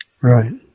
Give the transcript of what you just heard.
Right